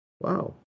Wow